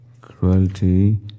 Cruelty